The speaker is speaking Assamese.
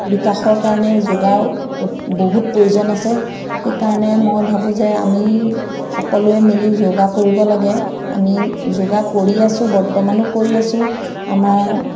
বিকাশৰ কাৰণে যোগাৰ বহুত প্ৰয়োজন আছে সেইকাৰণে মই ভাবোঁ যে আমি সকলোৱে মিলি যোগা কৰিব লাগে আমি যোগা কৰি আছোঁ বৰ্তমানো কৰি আছোঁ আমাৰ